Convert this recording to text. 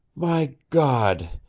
my god,